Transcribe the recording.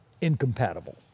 incompatible